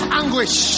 anguish